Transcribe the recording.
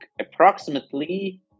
approximately